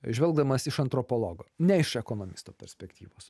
žvelgdamas iš antropologo ne iš ekonomisto perspektyvos